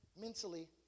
Mentally